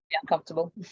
uncomfortable